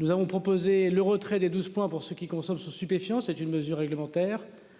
Nous avons proposé le retrait des 12 points pour ce qui concerne ce stupéfiant, c'est une mesure réglementaire,